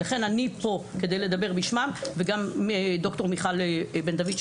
ולכן אני פה כדי לדבר בשמם וגם ד"ר מיכל בן דויד,